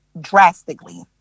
drastically